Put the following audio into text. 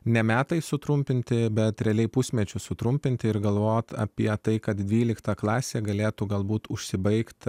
ne metai sutrumpinti bet realiai pusmečiu sutrumpinti ir galvoti apie tai kad dvyliktą klasę galėtų galbūt užsibaigti